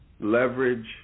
Leverage